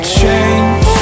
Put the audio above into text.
change